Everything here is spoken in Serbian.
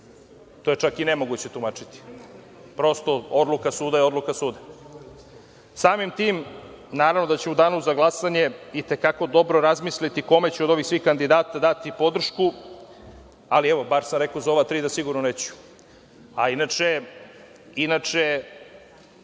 To je čak i nemoguće tumačiti. Prosto, odluka suda je odluka suda. Samim tim, naravno da ću u danu za glasanje i te kako dobro razmisliti kome ću od ovih svih kandidata dati podršku, ali evo, bar sam rekao za ova tri da sigurno neću. Inače, nadam